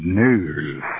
news